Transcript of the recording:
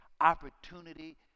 opportunity